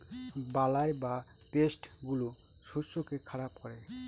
বালাই বা পেস্ট গুলো শস্যকে খারাপ করে